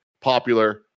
popular